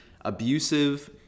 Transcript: abusive